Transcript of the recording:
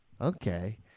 Okay